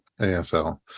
asl